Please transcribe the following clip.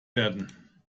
werden